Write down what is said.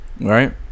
right